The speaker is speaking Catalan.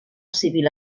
civil